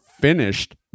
finished